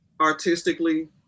artistically